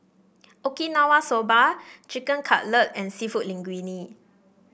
Okinawa Soba Chicken Cutlet and seafood Linguine